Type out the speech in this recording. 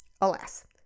Alas